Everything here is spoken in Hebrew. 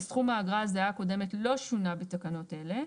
וסכום האגרה הזהה הקודמת לא שונה בתקנות אלה,